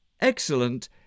excellent